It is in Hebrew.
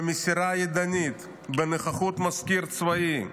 במסירה ידנית, בנוכחות המזכיר הצבאי,